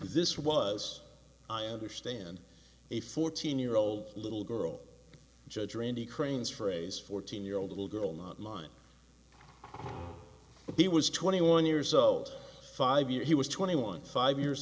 this was i understand a fourteen year old little girl judge randy crane's phrase fourteen year old little girl not mine he was twenty one years old five year he was twenty one five years